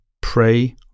Pray